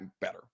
better